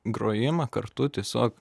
grojimą kartu tiesiog